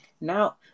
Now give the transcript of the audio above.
now